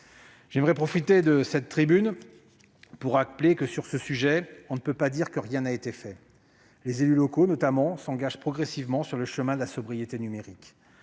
J'aimerais profiter de cette tribune pour rappeler que, sur ce sujet, on ne peut pas dire que rien n'a été fait. Les élus locaux, notamment, s'engagent progressivement sur le chemin de la sobriété numérique.